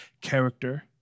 character